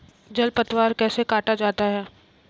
जल खरपतवार कैसे काटा जाता है?